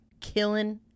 killing